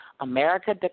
America